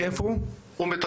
מאיפה הוא?